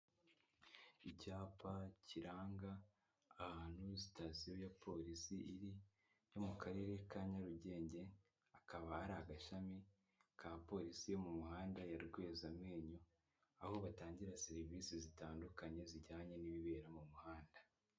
Icyapa kiranga ahantu sitasiyo ya polisi iri yo mu karere ka Nyarugenge, akaba hari agashami ka polisi yo mu muhanda ya Rwezamenyo aho batangira serivisi zitandukanye zijyanye n'ibibera mu muhanda.